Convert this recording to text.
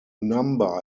number